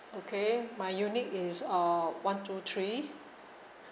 okay my unit is uh one two three